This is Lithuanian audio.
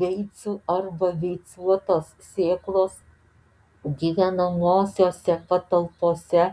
beicų arba beicuotos sėklos gyvenamosiose patalpose